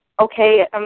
okay